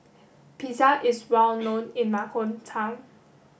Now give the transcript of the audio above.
pizza is well known in my hometown